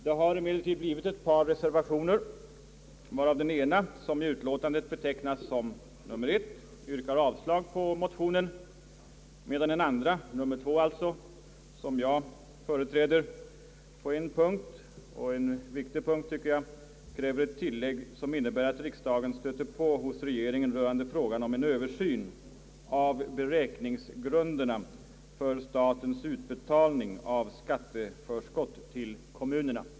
Det har emellertid avgivits ett par reservationer, varav den ena, som i utlåtandet betecknas som nr 1, yrkar avslag på motionen, medan den andra, nr 2 alltså, som jag företräder, på en viktig punkt kräver ett tillägg, som innebär att riksdagen stöter på hos regeringen rörande frågan om en översyn av beräkningsgrunderna för statens utbetalning av skatteförskott till kommunerna.